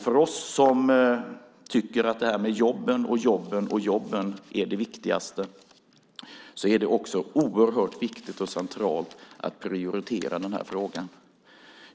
För oss som tycker att jobben och jobben och jobben är det viktigaste är det också oerhört viktigt och centralt att prioritera den här frågan.